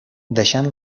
deixant